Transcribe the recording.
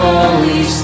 Holy